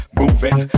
moving